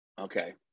Okay